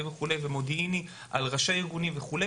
מודיעיני על ראשי הארגונים וכו'.